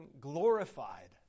glorified